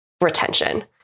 retention